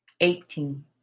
eighteen